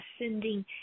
ascending